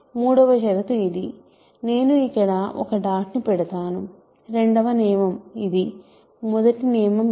మూడవ షరతు ఇది నేను ఇక్కడ ఒక డాట్ ను పెడతాను రెండవ నియమం ఇది మొదటి నియమం ఇది